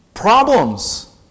Problems